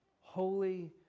holy